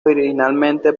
originalmente